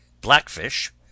BLACKFISH